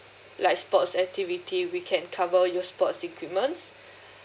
like sports activity we can cover you sports equipments